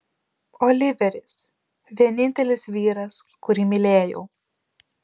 oliveris vienintelis vyras kurį mylėjau